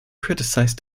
criticized